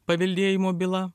paveldėjimo byla